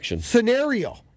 scenario